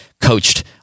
coached